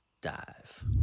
dive